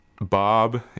Bob